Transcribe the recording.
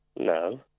No